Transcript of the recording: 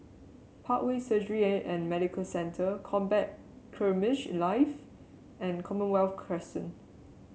Parkway Surgery and Medical Centre Combat Skirmish Live and Commonwealth Crescent